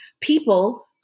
people